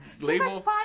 label